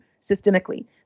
systemically